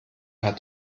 hat